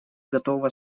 готова